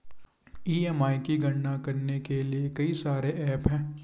EMI की गणना करने के लिए कई सारे एप्प हैं